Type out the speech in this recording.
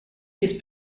без